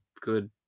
good